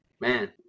man